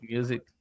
Music